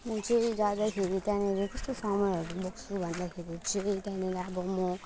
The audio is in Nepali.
हामी चाहिँ जाँदाखेरि त्यहाँनिर कस्तो सामानहरू बोक्छौँ भन्दाखेरि चाहिँ त्यहाँनिर अब म